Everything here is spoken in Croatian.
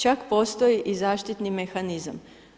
Čak postoji i zaštitni mehanizam.